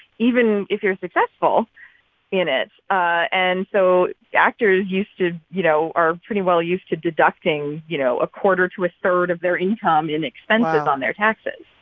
even if you're successful in it. and so actors used to you know, are pretty well used to deducting, you know, a quarter to a third of their income in expenses on their taxes